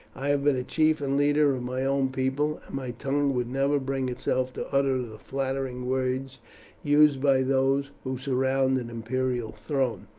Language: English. i have been a chief and leader of my own people, and my tongue would never bring itself to utter the flattering words used by those who surround an imperial throne.